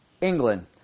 England